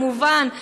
כמובן,